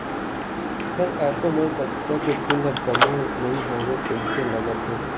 फेर एसो मोर बगिचा के फूल ह बने नइ होवय तइसे लगत हे